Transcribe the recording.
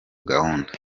gahunda